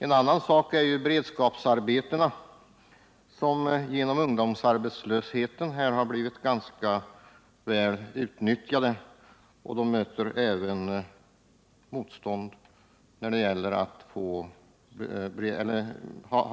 Ett annat problem är beredskapsarbetena som genom ungdomsarbetslösheten har blivit ganska väl utnyttjade, och därför finns